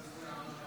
נתקבל.